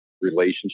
relationship